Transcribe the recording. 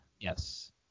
Yes